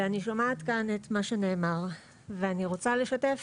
ואני שומעת כאן אתמה שנאמר ואני רוצה לשתף